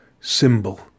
symbol